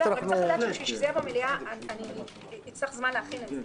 צריך זמן להכין את זה.